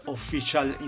Official